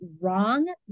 wrong